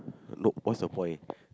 nope what's the point